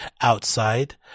outside